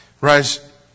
Rise